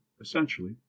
essentially